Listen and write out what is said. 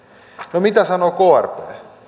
no mitä sanoo krp